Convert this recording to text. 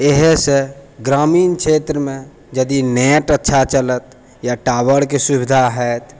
एहेसँ ग्रामीण क्षेत्रमे यदि नेट अच्छा चलत या टावरके सुविधा हैत